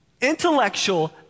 Intellectual